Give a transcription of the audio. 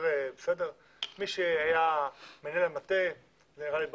מי שהיה מנהל המטה, זה נראה לי ברור.